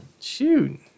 shoot